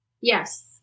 yes